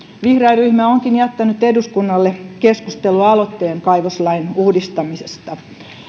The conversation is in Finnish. vihreä ryhmä onkin jättänyt eduskunnalle keskustelualoitteen kaivoslain uudistamisesta